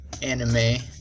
anime